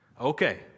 Okay